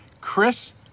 Chris